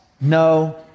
no